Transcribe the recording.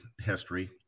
history